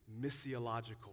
missiological